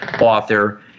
author